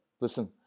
listen